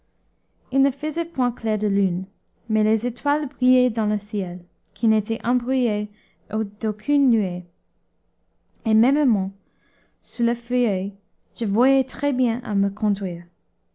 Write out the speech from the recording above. il ne faisait point clair de lune mais les étoiles brillaient dans le ciel qui n'était embrouillé d'aucune nuée et mêmement sous la feuillée je voyais très-bien à me conduire